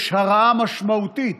יש הרעה משמעותית